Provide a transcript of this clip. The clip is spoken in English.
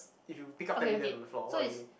if you pick up ten million on the floor what will you do